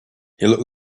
looked